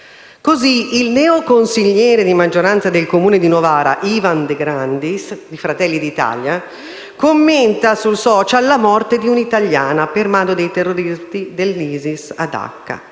Così il neoconsigliere di maggioranza del Comune di Novara Ivan De Grandis, di Fratelli d'Italia, commenta sui *social* la morte di un'italiana per mano dei terroristi dell'ISIS a Dacca.